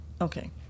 Okay